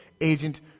agent